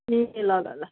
ए ल ल ल